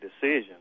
decision